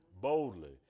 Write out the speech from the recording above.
boldly